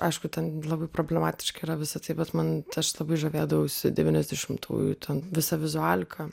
aišku ten labai problematiška yra visa tai bet man labai žavėdavausi devyniasdešimtųjų ten visa vizualika